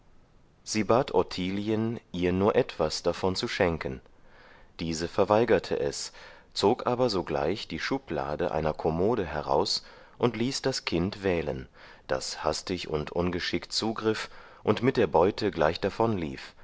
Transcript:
sie bat ottilien ihr nur etwas davon zu schenken diese verweigerte es zog aber sogleich die schublade einer kommode heraus und ließ das kind wählen das hastig und ungeschickt zugriff und mit der beute gleich davonlief